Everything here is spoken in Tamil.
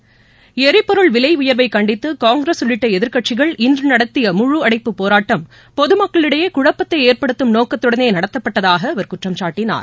ளரிபொருள் விலை உயர்வை கண்டித்து காங்கிரஸ் உள்ளிட்ட எதிர்க்கட்சிகள் இன்று நடத்திய முழு அடைப்புப் போராட்டம் பொதமக்களிடயே குழப்பத்தை ஏற்படுத்தம் நோக்கத்துடனே நடத்தப்பட்டதாக அவர் குற்றம்சாட்டினார்